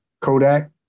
Kodak